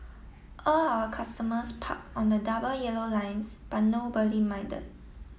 all our customers parked on the double yellow lines but nobody minded